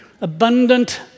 abundant